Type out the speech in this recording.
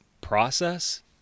process